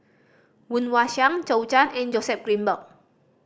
Woon Wah Siang Zhou Can and Joseph Grimberg